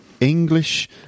english